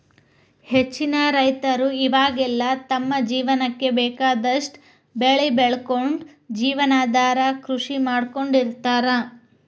ಹೆಚ್ಚಿನ ರೈತರ ಇವಾಗೆಲ್ಲ ತಮ್ಮ ಜೇವನಕ್ಕ ಬೇಕಾದಷ್ಟ್ ಬೆಳಿ ಬೆಳಕೊಂಡು ಜೇವನಾಧಾರ ಕೃಷಿ ಮಾಡ್ಕೊಂಡ್ ಇರ್ತಾರ